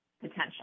potential